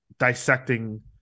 dissecting